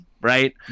right